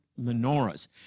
menorahs